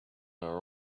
are